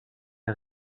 est